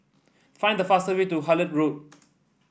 find the fast way to Hullet Road